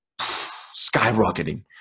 skyrocketing